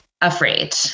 afraid